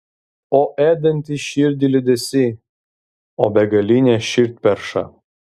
o ėdantis širdį liūdesy o begaline širdperša